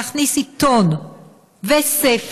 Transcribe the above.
להכניס עיתון וספר,